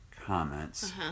comments